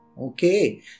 Okay